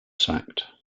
sacked